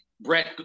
Brett